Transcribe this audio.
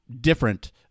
different